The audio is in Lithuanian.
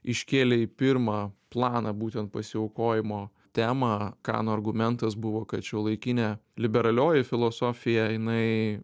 iškėlė į pirmą planą būtent pasiaukojimo temą kano argumentas buvo kad šiuolaikinė liberalioji filosofija jinai